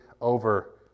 over